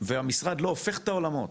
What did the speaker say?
והמשרד לא הופך את העולמות